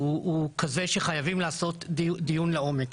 הוא כזה שחייבים לעשות דיון לעומק.